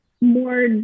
more